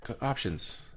options